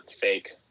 fake